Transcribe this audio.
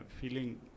feeling